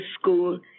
school